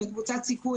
נמצאים בקבוצת סיכון,